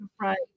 right